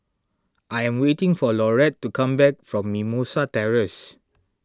I am waiting for Lauretta to come back from Mimosa Terrace